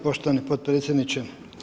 Poštovani potpredsjedniče.